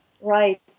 Right